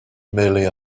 merely